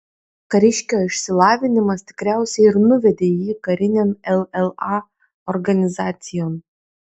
kariškio išsilavinimas tikriausiai ir nuvedė jį karinėn lla organizacijon